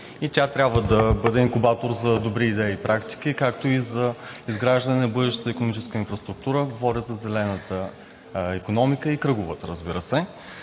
тя трябва да бъде инкубатор за добри идеи и практики, както и за изграждане на бъдещата икономическа инфраструктура, говоря за зелената икономика и кръговата, разбира се.